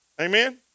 Amen